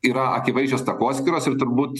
yra akivaizdžios takoskyros ir turbūt